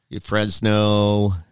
Fresno